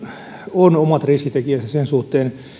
on omat riskitekijänsä sen suhteen